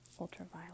ultraviolet